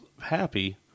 happy